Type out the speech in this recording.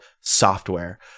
software